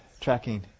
tracking